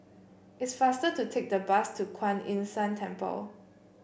it's faster to take the bus to Kuan Yin San Temple